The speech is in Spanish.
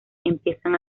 empiezan